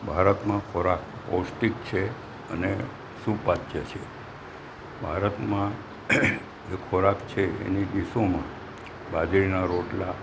ભારતમાં ખોરાક પોષ્ટિક છે અને સુપાચ્ય છે ભારતમાં જે ખોરાક છે એની ડિશમાં બાજરીના રોટલા